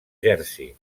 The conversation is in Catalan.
jersey